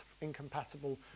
incompatible